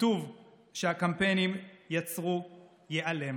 הקיטוב שהקמפיינים יצרו ייעלם